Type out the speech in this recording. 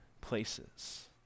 places